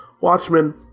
Watchmen